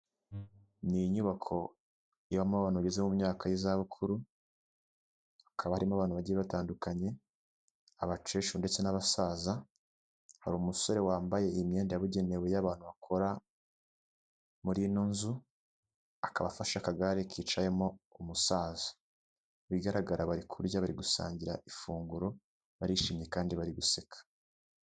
Ni inyubako ibamo abantu bageze mu myaka y'izabukuru, hakaba harimo abantu bagiye batandukanye abakecuru ndetse n'abasaza, hari umusore wambaye imyenda yabugenewe y'abantu bakora muri ino nzu. Akaba afashe akagare kicayemo umusaza mu bigaragara bari kurya bari gusangira ifunguro, barishimye kandi bari guseka.